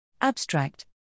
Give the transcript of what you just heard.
Abstract